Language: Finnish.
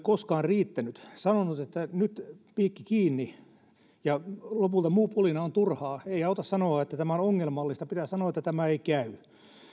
koskaan riittänyt sanoi että nyt piikki kiinni lopulta muu pulina on turhaa ei auta sanoa että tämä on ongelmallista pitää sanoa että tämä ei käy